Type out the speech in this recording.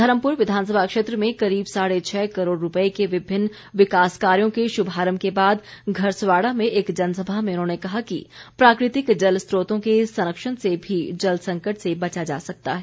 धर्मपूर विधानसभा क्षेत्र में करीब साढ़े छः करोड़ रूपए के विभिन्न विकास कार्यों के शुभारंभ के बाद घरसवाड़ा में एक जनसभा में उन्होंने कहा कि प्राकृतिक जल स्रोतों के संरक्षण से भी जल संकट से बचा जा सकता है